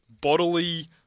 bodily